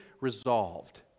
resolved